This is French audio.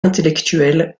intellectuels